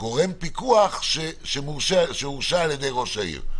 גורם פיקוח שהורשה על ידי ראש העיר,